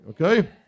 Okay